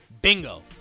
Bingo